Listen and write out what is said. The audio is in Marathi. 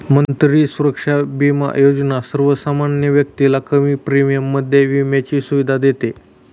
मंत्री सुरक्षा बिमा योजना सर्वसामान्य व्यक्तीला कमी प्रीमियम मध्ये विम्याची सुविधा देते